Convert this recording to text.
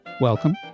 welcome